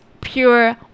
pure